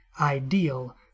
ideal